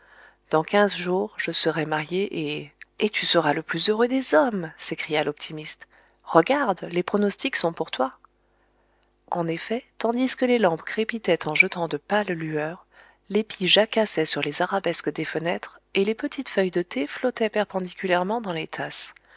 dans quinze jours je serai marié et et tu seras le plus heureux des hommes s'écria l'optimiste regarde les pronostics sont pour toi en effet tandis que les lampes crépitaient en jetant de pâles lueurs les pies jacassaient sur les arabesques des fenêtres et les petites feuilles de thé flottaient perpendiculairement dans les tasses